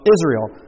Israel